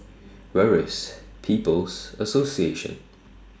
Where IS People's Association